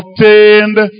obtained